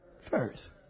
first